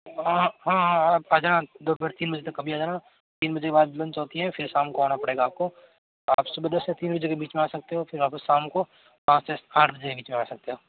हाँ हाँ आप जाना दोपहर तीन बजे तक कभी आ जाना तीन बजे के बाद लंच होती है फिर शाम को आना पड़ेगा आपको आप सुबह दस से तीन बजे जा सकते हो फिर आप शाम को पाँच से आठ के बीच आ सकते हो